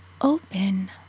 open